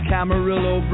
Camarillo